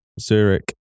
Zurich